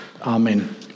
Amen